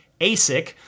ASIC